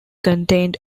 contained